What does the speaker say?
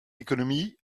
économie